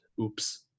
Oops